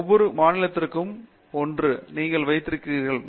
ஒவ்வொரு மாநிலத்திற்கும் 1 நீங்கள் வைத்திருக்கிறீர்கள்